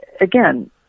again